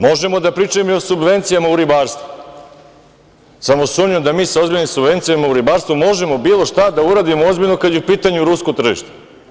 Možemo i da pričamo o subvencijama u ribarstvu, samo sumnjam da mi sa ozbiljnim subvencijama u ribarstvu možemo bilo šta da uradimo ozbiljno kada je u pitanju rusko tržište.